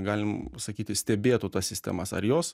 galim sakyti stebėtų tas sistemas ar jos